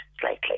slightly